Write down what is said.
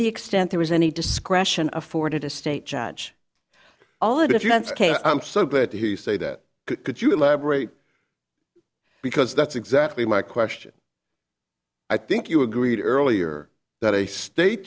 the extent there was any discretion afforded a state judge all if you had its case i'm so glad to hear you say that could you elaborate because that's exactly my question i think you agreed earlier that a state